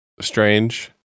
strange